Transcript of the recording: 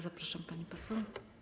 Zapraszam, pani poseł.